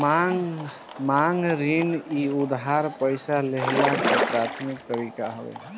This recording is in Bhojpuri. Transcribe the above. मांग ऋण इ उधार पईसा लेहला के प्राथमिक तरीका हवे